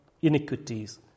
iniquities